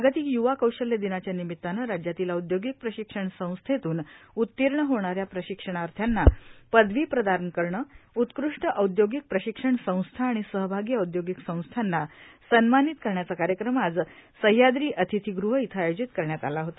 जागतिक य्वा कौशल्य दिनाच्या निमिताने राज्यातील औदयोगिक प्रशिक्षण संस्थेतून उत्तीर्ण होणऱ्या प्रशिक्षणार्थ्यांना पदवी प्रदान करणेए उत्कृष्ट औदयोगिक प्रशिक्षण संस्था आणि सहभागी औदयोगिक संस्थांना सन्मानित करण्याचा कार्यक्रम आज सहयाद्री अतिथीगृह इथं आयोजित करण्यात आला होता